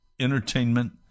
entertainment